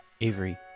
Avery